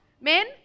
Men